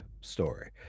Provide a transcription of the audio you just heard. story